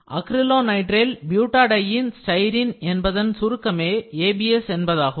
acrylonitrile butadiene styrene என்பதன் சுருக்கமே ABS என்பதாகும்